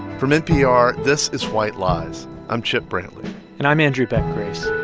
from npr, this is white lies. i'm chip brantley and i'm andrew beck grace